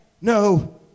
no